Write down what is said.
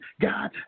God